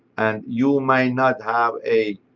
and you might not have a,